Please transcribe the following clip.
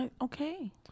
Okay